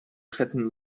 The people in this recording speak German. treten